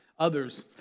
Others